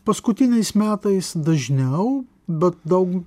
paskutiniais metais dažniau bet daug